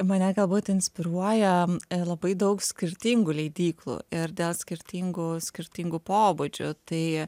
mane galbūt inspiruoja labai daug skirtingų leidyklų ir dėl skirtingų skirtingų pobūdžių tai